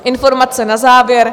Informace na závěr.